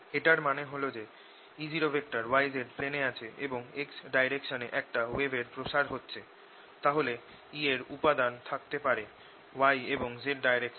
এটার মানে হল যে E0 yz প্লেনে আছে এবং x ডাইরেকশনে একটা ওয়েভের প্রসার হচ্ছে তাহলে E এর উপাদান থাকতে পারে y এবং z ডাইরেকশনে